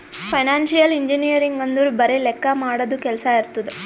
financial engineering ಅಂದುರ್ ಬರೆ ಲೆಕ್ಕಾ ಮಾಡದು ಕೆಲ್ಸಾ ಇರ್ತುದ್